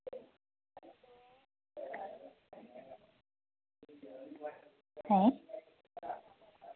ᱦᱮᱸ